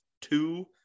two